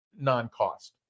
non-cost